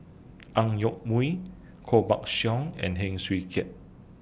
Ang Yoke Mooi Koh Buck Song and Heng Swee Keat